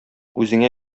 үзеңә